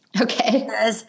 Okay